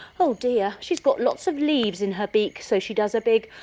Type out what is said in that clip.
oh dear, she's got lots of leaves in her beak so she does a big